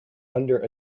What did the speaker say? under